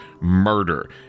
murder